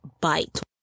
bite